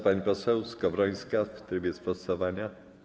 Pani poseł Skowrońska w trybie sprostowania.